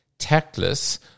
tactless